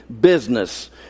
business